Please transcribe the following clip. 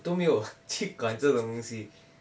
都没有去管这种东西